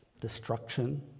destruction